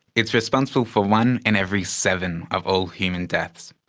it's responsible for one in every seven of all human deaths.